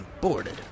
boarded